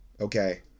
okay